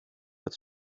but